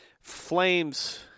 flames